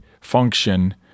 function